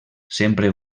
sempre